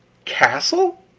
castle?